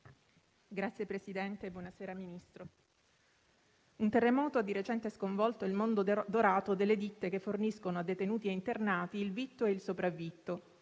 Signor Presidente, Ministro, un terremoto ha di recente sconvolto il mondo dorato delle ditte che forniscono a detenuti e internati il vitto e il sopravvitto.